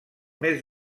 més